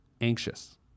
Anxious